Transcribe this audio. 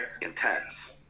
intense